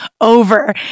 over